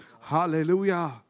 Hallelujah